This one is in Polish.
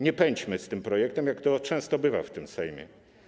Nie pędźmy z tym projektem, jak to często bywa w tym Sejmie.